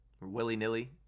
Willy-nilly